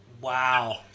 Wow